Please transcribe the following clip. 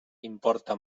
importa